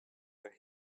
were